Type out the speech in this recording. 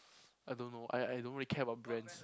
I don't know I I don't really care about brands